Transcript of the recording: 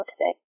today